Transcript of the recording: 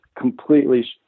completely